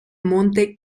monte